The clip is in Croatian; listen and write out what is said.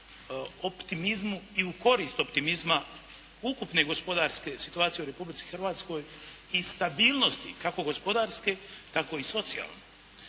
optimizmu i u korist optimizma ukupne gospodarske situacije u Republici Hrvatskoj i stabilnosti kako gospodarske tako i socijalne.